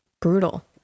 Brutal